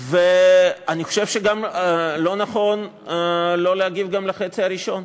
אני חושב שגם לא נכון לא להגיב גם על החצי הראשון.